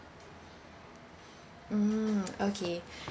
mm okay